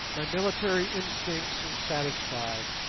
my military instincts are satisfied,